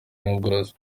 n’ubworozi